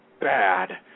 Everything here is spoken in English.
bad